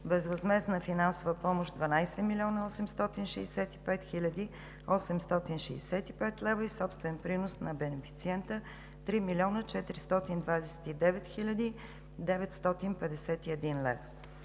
безвъзмездна финансова помощ 12 млн. 865 хил. 865 лв. и собствен принос на бенефициента 3 млн. 429 хил. 951 лв.